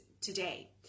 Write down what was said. today